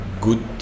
Good